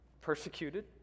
Persecuted